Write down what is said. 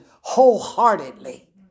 wholeheartedly